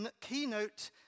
keynote